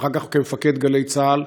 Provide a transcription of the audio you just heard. ואחר כך כמפקד גלי צה"ל,